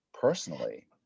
personally